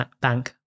Bank